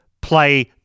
play